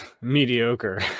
mediocre